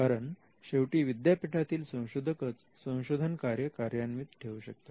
कारण शेवटी विद्यापीठातील संशोधकच संशोधनकार्य कार्यान्वित ठेवू शकतात